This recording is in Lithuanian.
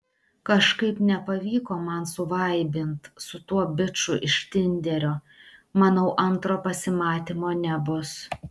kažkaip nepavyko man suvaibint su tuo biču iš tinderio manau antro pasimatymo nebus